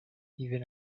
even